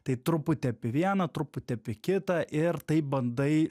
tai truputį apie vieną truputį apie kitą ir taip bandai